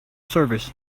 service